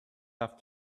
have